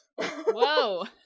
Whoa